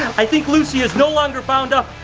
i think lucy is no longer bound up,